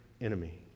enemy